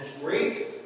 great